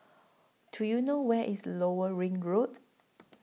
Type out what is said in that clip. Do YOU know Where IS Lower Ring Road